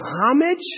homage